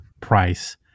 price